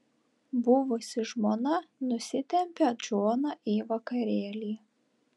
buvusi žmona nusitempia džoną į vakarėlį